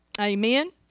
Amen